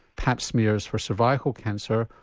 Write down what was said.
pap smears for cervical cancer,